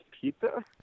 Pizza